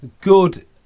good